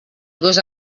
gos